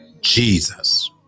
Jesus